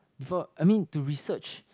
before I mean to research